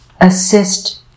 assist